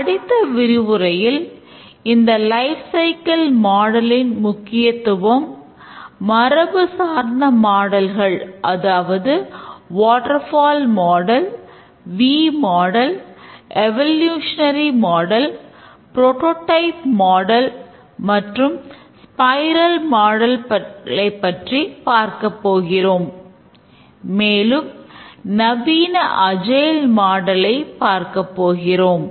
அடுத்த விரிவுரையில் இந்த லைப் சைக்கிள் மாடலின் பார்க்கப்போகிறோம்